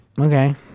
Okay